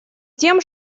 тем